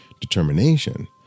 determination